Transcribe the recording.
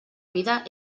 vida